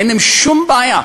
ואין להם שום בעיה